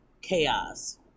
chaos